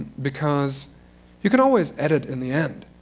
because you can always edit in the end.